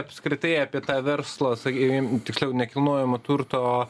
apskritai apie tą verslą sakykime tiksliau nekilnojamo turto